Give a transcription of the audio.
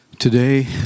Today